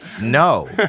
no